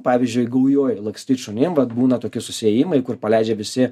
pavyzdžiui gaujoj lakstyt šunim vat būna tokie susiėjimai kur paleidžia visi